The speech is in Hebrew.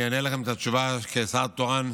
אני אענה לכם תשובה כשר תורן.